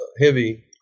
heavy